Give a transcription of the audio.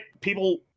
people